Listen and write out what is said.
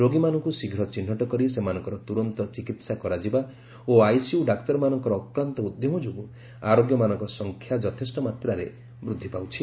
ରୋଗୀମାନଙ୍କୁ ଶୀଘ୍ର ଚିହ୍ନଟକରି ସେମାନଙ୍କର ତ୍ରର୍ତ ଚିକିତ୍ସା କରାଯିବା ଓ ଆଇସିୟୁ ଡାକ୍ତରମାନଙ୍କର ଅକ୍ଲାନ୍ତ ଉଦ୍ୟମ ଯୋଗୁଁ ଆରୋଗ୍ୟମାନଙ୍କ ସଂଖ୍ୟା ଯଥେଷ୍ଟ ମାତାରେ ବୃଦ୍ଧି ପାଉଛି